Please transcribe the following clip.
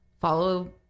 follow